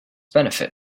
benefit